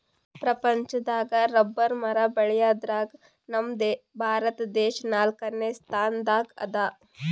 ಪ್ರಪಂಚದಾಗ್ ರಬ್ಬರ್ ಮರ ಬೆಳ್ಯಾದ್ರಗ್ ನಮ್ ಭಾರತ ದೇಶ್ ನಾಲ್ಕನೇ ಸ್ಥಾನ್ ದಾಗ್ ಅದಾ